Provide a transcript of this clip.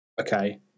okay